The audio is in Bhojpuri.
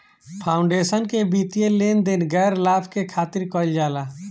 फाउंडेशन के वित्तीय लेन देन गैर लाभ के खातिर कईल जाला